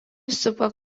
supa